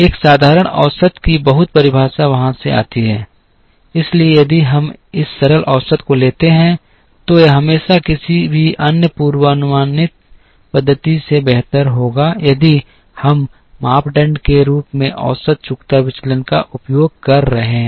एक साधारण औसत की बहुत परिभाषा वहां से आती है इसलिए यदि हम इस सरल औसत को लेते हैं तो यह हमेशा किसी भी अन्य पूर्वानुमान पद्धति से बेहतर होगा यदि हम मापदंड के रूप में औसत चुकता विचलन का उपयोग कर रहे हैं